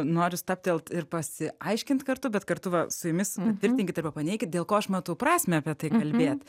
noriu stabtelt ir pasiaiškint kartu bet kartu va su jumis patvirtinkit arba paneikit dėl ko aš matau prasmę apie tai kalbėt